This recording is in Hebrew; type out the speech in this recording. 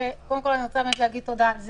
אני רוצה באמת להגיד תודה על זה.